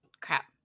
Crap